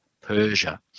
Persia